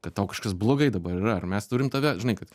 kad tau kažkas blogai dabar yra ar mes turim tave žinai kad